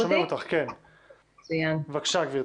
בבקשה, גברתי,